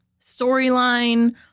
storyline